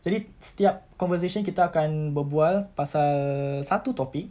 jadi setiap conversation kita akan berbual pasal satu topic